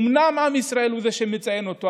אומנם עם ישראל הוא זה שמציין אותו,